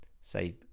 say